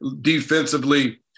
defensively